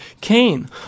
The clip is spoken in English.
Cain